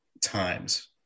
times